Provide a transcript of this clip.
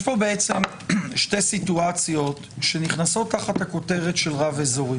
יש פה שתי סיטואציות שנכנסות תחת הכותרת של רב אזורי.